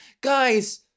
guys